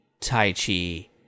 Taichi